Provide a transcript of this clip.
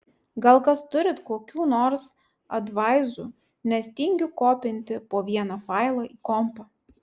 gal kas turit kokių nors advaizų nes tingiu kopinti po vieną failą į kompą